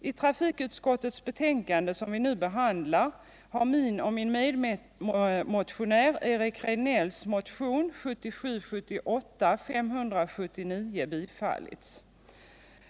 I trafikutskottets betänkande, som vi nu behandlar, har min och min medmotionär Eric Rejdnells motion 1977/78:579 tillstyrkts.